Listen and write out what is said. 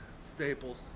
Staples